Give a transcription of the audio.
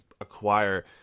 acquire